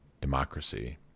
democracy